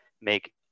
make